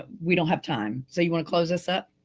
ah we don't have time. so you want to close this up?